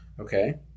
Okay